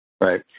Right